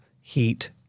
heat